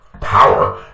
Power